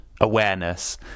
awareness